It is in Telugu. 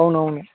అవునవును